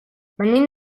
venim